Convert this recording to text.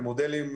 ומודלים,